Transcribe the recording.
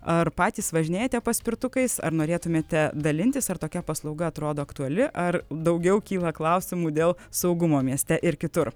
ar patys važinėjate paspirtukais ar norėtumėte dalintis ar tokia paslauga atrodo aktuali ar daugiau kyla klausimų dėl saugumo mieste ir kitur